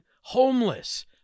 homeless